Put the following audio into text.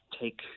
take